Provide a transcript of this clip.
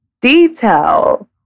detail